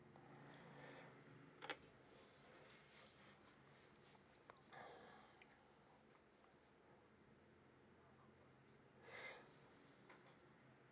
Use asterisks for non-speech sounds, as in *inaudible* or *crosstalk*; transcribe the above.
*breath* *breath* *breath*